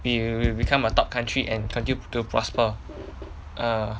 we will become a top country and continued to prosper err